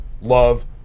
love